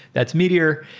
that's meteor.